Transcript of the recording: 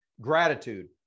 Gratitude